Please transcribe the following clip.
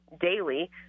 daily